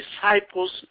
disciples